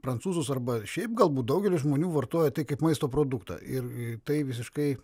prancūzus arba šiaip galbūt daugelis žmonių vartoja tai kaip maisto produktą ir tai visiškai